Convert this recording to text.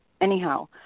Anyhow